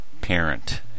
parent